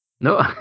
No